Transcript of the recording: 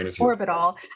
orbital